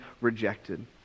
rejected